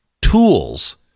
tools